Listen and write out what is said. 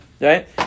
Right